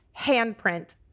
handprint